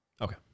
Okay